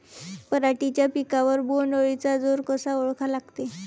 पराटीच्या पिकावर बोण्ड अळीचा जोर कसा ओळखा लागते?